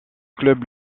club